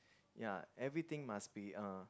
ya everything must be uh